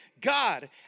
God